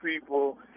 people